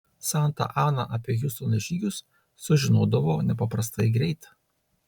santa ana apie hiustono žygius sužinodavo nepaprastai greit